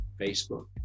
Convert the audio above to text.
Facebook